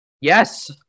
Yes